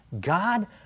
God